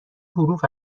حروف